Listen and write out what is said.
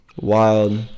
Wild